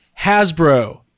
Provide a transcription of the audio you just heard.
Hasbro